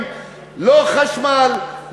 תודה, חבר הכנסת חנין, זה עתה